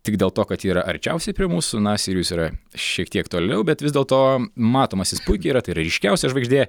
tik dėl to kad ji yra arčiausiai prie mūsų na sirijus yra šiek tiek toliau bet vis dėlto matomas jis puikiai yra tai yra ryškiausia žvaigždė